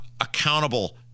accountable